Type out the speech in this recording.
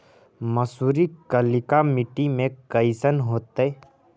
मसुरी कलिका मट्टी में कईसन होतै?